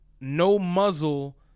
no-muzzle